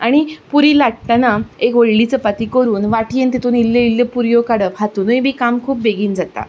आनी पुरी लाटटना एक व्हडली चपाती करून वाटयेन तितून इल्ल्यो इल्ल्यो पुरयो काडप हातूनूय बी काम बेगीन जाता